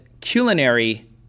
culinary